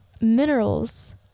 minerals